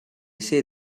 say